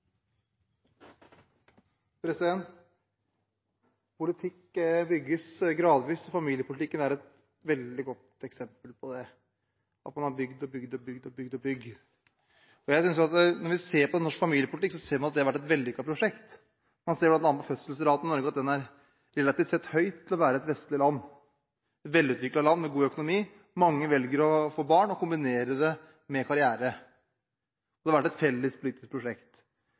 forbrukerne. Politikk bygges gradvis. Familiepolitikken er et veldig godt eksempel på det – man har bygd og bygd og bygd. Når man ser på norsk familiepolitikk, ser man at det har vært et vellykket prosjekt. Man ser at fødselsraten i Norge er relativt sett høy til å være et vestlig land, et velutviklet land med god økonomi. Mange velger å få barn og kombinere det med karriere. Det har vært et felles politisk prosjekt.